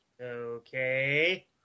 okay